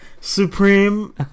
Supreme